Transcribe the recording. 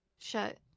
shut